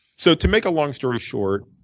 so to make a long story short,